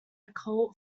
cult